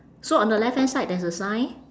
so on the left hand side there's a sign